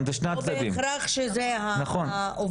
לא בהכרח שזה העובד.